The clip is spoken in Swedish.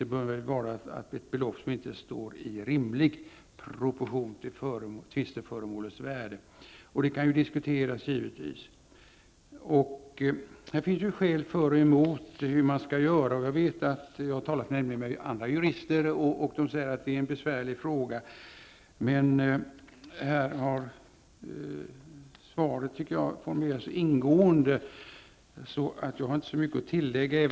Det borde väl ha stått: ett belopp som inte står i rimlig proportion till tvisteföremålets värde. Men detta kan givetvis diskuteras. I detta sammanhang finns det skäl för och emot när det gäller hur man skall göra. Jag har nämligen talat med andra jurister, och de säger att det är en besvärlig fråga. Svaret har emellertid formulerats ingående. Jag har därför inte så mycket att tillägga.